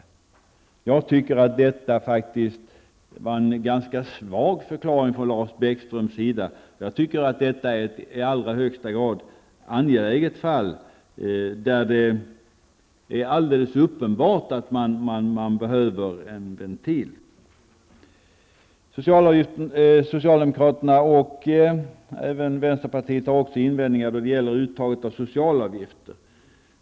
Jag tycker att detta var en ganska svag förklaring från Lars Bäckströms sida. Jag menar att detta är ett i allra högsta grad angeläget fall, där det är alldeles uppenbart att det behövs en ventil. Socialdemokraterna och även vänsterpartiet har också invändningar då det gäller uttaget av socialavgifter.